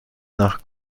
nach